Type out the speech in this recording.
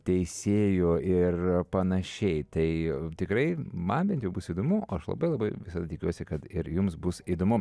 teisėju ir panašiai tai tikrai man bent jau bus įdomu aš labai labai tikiuosi kad ir jums bus įdomu